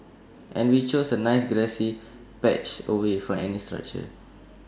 and we chose A nice grassy patch away from any structures